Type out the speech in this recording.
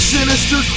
Sinister